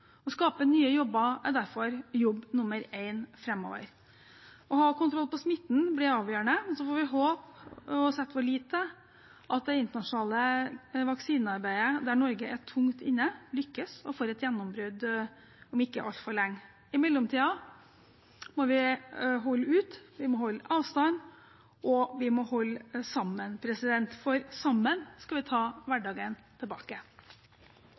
Å skape nye jobber er derfor jobb nummer én framover. Å ha kontroll på smitten blir avgjørende, og vi får håpe og sette vår lit til at det internasjonale vaksinearbeidet, der Norge er tungt inne, lykkes og får et gjennombrudd om ikke altfor lenge. I mellomtiden må vi holde ut, vi må holde avstand, og vi må holde sammen. For sammen skal vi ta hverdagen tilbake.